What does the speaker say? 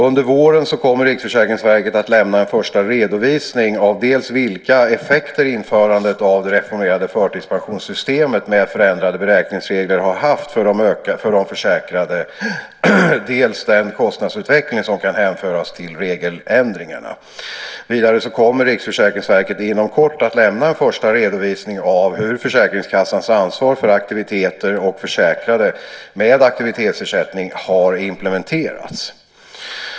Under våren kommer Riksförsäkringsverket att lämna en första redovisning av dels vilka effekter införandet av det reformerade förtidspensionssystemet med förändrade beräkningsregler har haft för de försäkrade, dels den kostnadsutveckling som kan hänföras till regeländringarna. Vidare kommer Riksförsäkringsverket inom kort att lämna en första redovisning av hur försäkringskassans ansvar för aktiviteter för försäkrade med aktivitetsersättning har implementerats.